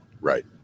Right